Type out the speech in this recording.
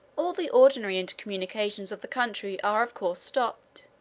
all the ordinary intercommunications of the country are of course stopped,